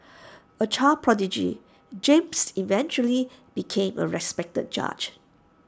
A child prodigy James eventually became A respected judge